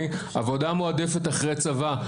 עבודה מועדפת אחרי צבא.